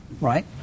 Right